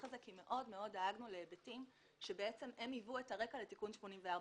הזה כי מאוד מאוד דאגנו להיבטים שהיוו את הרקע לתיקון 84,